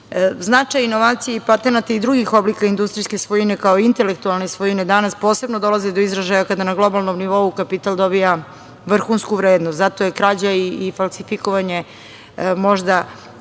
Značaja inovacija i patenata i drugih oblika industrijske svojine kao intelektualne svojine danas posebno dolazi do izražaja kada na globalnom nivou kapital dobija vrhunsku vrednost, zato je krađa i falsifikovanje možda